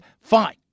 Fine